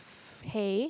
hay